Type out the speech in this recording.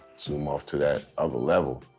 swim off to that other level.